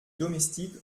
domestiques